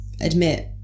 admit